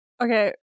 Okay